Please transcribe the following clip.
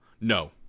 No